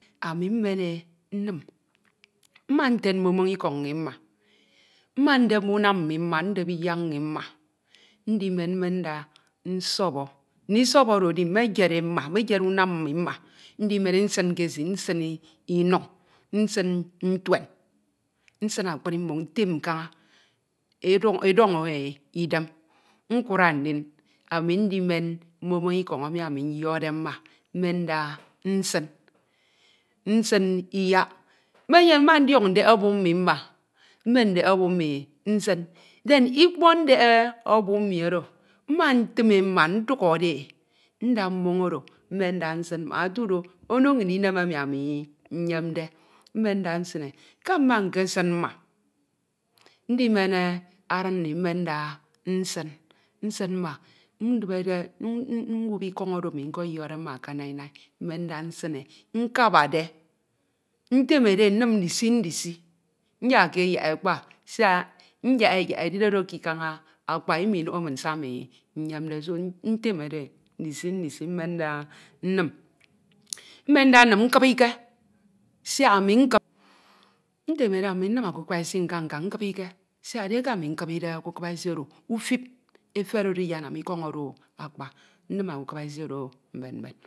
ami mmen e nnim. Mma nted mmoñ mmoñ ikọñ mmi mma, mma ndep unam mmi mma, ndep iyak mmi mma. Ndimen mmen nda nsọbọ, ndisọbọ oro edi, mmeyed e mma, mmeyed unam mmi mma ndimen e nsin ke esi, nsin iduñ, nsin ntuen, nsin akpri mmoñ ntem kaña edọñọ e idem, ñkura ndin ami ndimen mmoñ mmoñ ikọñ emi ami nyọkde mma mmen nda nsin, nsin iyak, mmenyen, mma ndiọñ ndek ọbu mmi mma, mm. en ndek ọbu mmi nsin. Nden ikpọk ndek ọbu mmi oro mma ntim e mma ndukhọre e nda mmoñ oro mmen nda nsin mbak otu do ono nñ inem emi ami nyemde mmen nda nsin e. Ke mma nkesin mma, ndimen e adin mmi mmenda nsin, nsin mma, ndibede, mwobi ikọñ oro ami nkọyọkde mma ke naianai mmen nda nsin nkabade, ntemede nnim ndisi ndisi, nyakke e yak ekpa siak nyak e yak edide do ke ikañ akpa iminoho min se ami nyemde. Ntemede e ndisi ndisi mmen nnim, mmen nda nnim mkibike siak ami mkibi, ntemede ami nnim ukukibi esi oro nkañ nkañ nkibike siak edieke ami mkibide okukibi esi oro, ufip efere oro iyenam ikọñ oro akpa nnim okukibi esi oro mmben mmben.